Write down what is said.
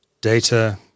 data